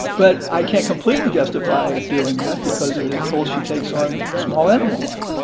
but i can't completely justify doing that because of the toll she takes on the small animal life.